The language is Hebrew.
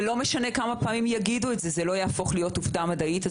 לא משנה כמה פעמים יגידו את זה זה לא יהפוך להיות עובדה מדעית.